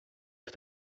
auf